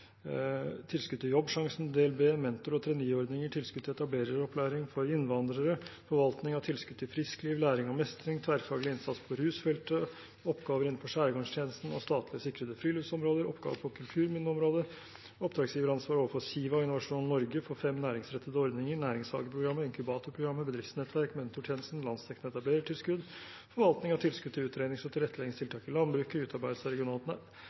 tilskudd til Jobbsjansen del B, mentor- og traineeordninger, tilskudd til etablereropplæring for innvandrere, forvaltning av tilskudd til friskliv, læring og mestring, tverrfaglig innsats på rusfeltet, oppgaver innenfor skjærgårdstjenesten og statlig sikrede friluftsområder, oppgaver på kulturminneområdet, oppdragsgiveransvar for Siva og Innovasjon Norge for fem næringsrettede ordninger, næringshageprogrammet, inkubatorprogrammet, bedriftsnettverk, mentortjenesten, landsdekkende etablerertilskudd, forvaltning av tilskudd til utrednings- og tilretteleggingstiltak i landbruket, utarbeidelse av regionalt